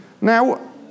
Now